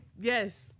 yes